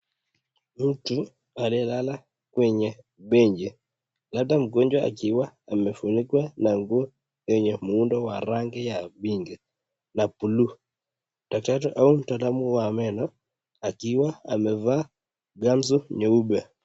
Mtu analala kwenye benchi. Lata mgonjwa akiwa amefunikwa na nguo yenye muundo wa rangi ya pinki na buluu. Daktari au mtaalamu wa meno akiwa amevaa gauni nyeupe.